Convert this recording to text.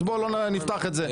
אז בוא לא נפתח את זה.